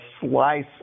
slice